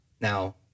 Now